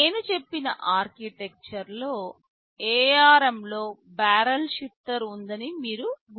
నేను చెప్పిన ఆర్కిటెక్చర్లో ARM లో బారెల్ షిఫ్టర్ ఉందని మీరు గుర్తు చేసుకోండి